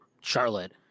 Charlotte